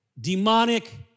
demonic